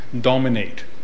dominate